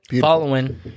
Following